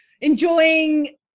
enjoying